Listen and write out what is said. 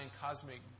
cosmic